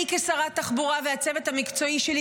אני כשרת תחבורה והצוות המקצועי שלי,